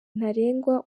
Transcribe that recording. ntarengwa